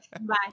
Bye